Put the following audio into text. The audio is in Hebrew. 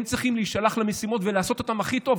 הם צריכים להישלח למשימות ולעשות אותן הכי טוב,